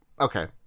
okay